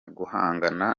guhangana